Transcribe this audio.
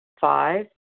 Five